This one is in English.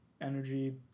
energy